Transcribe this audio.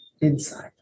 inside